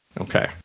Okay